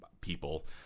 people